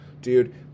dude